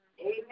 Amen